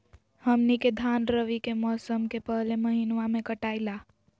हमनी के धान रवि के मौसम के पहले महिनवा में कटाई ला